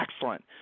excellent